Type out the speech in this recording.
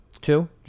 Two